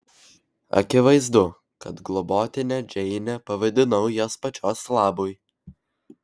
akivaizdu kad globotine džeinę pavadinau jos pačios labui